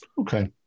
okay